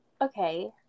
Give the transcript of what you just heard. Okay